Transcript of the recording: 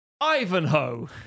Ivanhoe